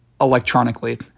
electronically